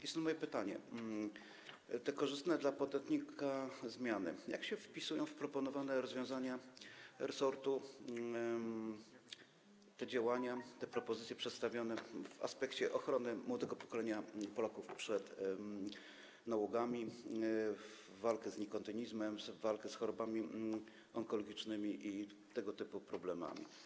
I stąd moje pytanie: Jak te korzystne dla podatnika zmiany wpisują się w proponowane rozwiązania resortu, te działania, te propozycje przedstawione w aspekcie ochrony młodego pokolenia Polaków przed nałogami, w walkę z nikotynizmem, w walkę z chorobami onkologicznymi i tego typu problemami?